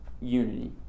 unity